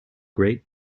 great